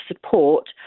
support